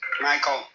Michael